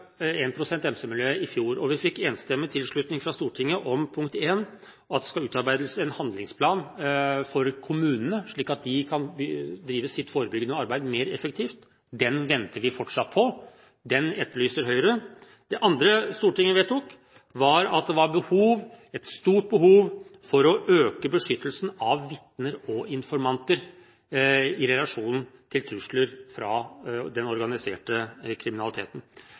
Stortinget om, punkt én, at det skal utarbeides en handlingsplan for kommunene, slik at de kan drive sitt forebyggende arbeid mer effektivt. Den venter vi fortsatt på. Den etterlyser Høyre. Det andre Stortinget vedtok, var at det var et stort behov for å øke beskyttelsen av vitner og informanter i relasjon til trusler fra organiserte